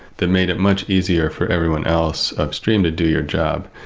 that made it much easier for everyone else upstream to do your job.